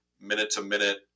minute-to-minute